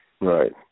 Right